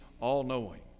all-knowing